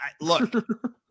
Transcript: look